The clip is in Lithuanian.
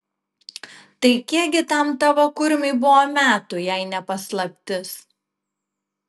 tai kiek gi tam tavo kurmiui buvo metų jei ne paslaptis